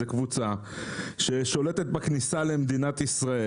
זה קבוצה ששולטת בכניסה למדינת ישראל.